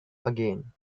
again